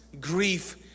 grief